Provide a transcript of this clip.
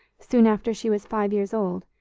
soon after she was five years old,